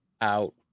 out